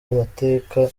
amateka